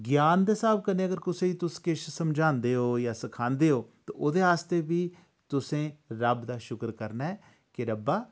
ज्ञान दे स्हाब कन्नै अगर कुसै गी तुस किश समझांदे ओ जां सखांदे ओ ते ओह्दे आस्तै बी तुसें रब दा शुक्र करना ऐ कि रब्बा